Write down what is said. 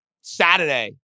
Saturday